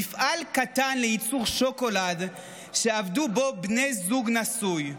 מפעל קטן לייצור שוקולד שעבד בו זוג נשוי,